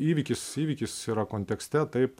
įvykis įvykis yra kontekste taip